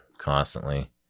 constantly